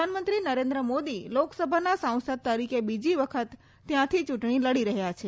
પ્રધાનમંત્રી નરેન્દ્ર મોદી લોકસભાના સાંસદ તરીકે બીજી વખત ત્યાંથી ચૂંટણી લડી રહ્યા છે